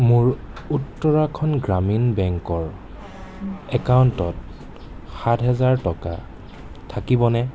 মোৰ উত্তৰাখণ্ড গ্ৰামীণ বেংকৰ একাউণ্টত সাত হাজাৰ টকা থাকিবনে